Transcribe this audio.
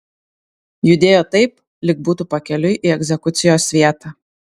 judėjo taip lyg būtų pakeliui į egzekucijos vietą